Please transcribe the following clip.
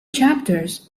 chapters